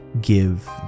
give